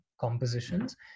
compositions